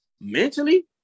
Mentally